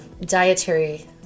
dietary